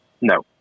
No